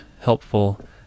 helpful